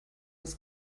das